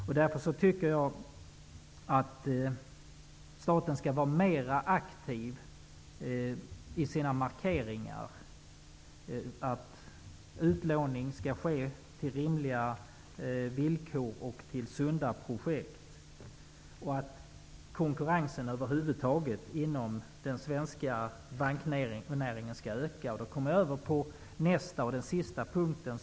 Jag tycker att staten skall vara mera aktiv i sina markeringar av att utlåningen skall ske till rimliga villkor och till sunda projekt. Konkurrensen inom den svenska banknäringen skall över huvud taget öka. Jag kommer då in på den sista punkten.